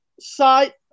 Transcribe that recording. side